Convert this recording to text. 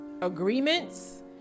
agreements